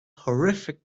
horrific